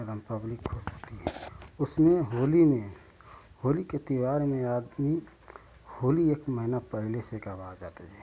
एक दम पब्लिक होती है उसमें होली में होली के त्यौहार में आदमी होली एक महिना पहले से कवा जाते रहे हैं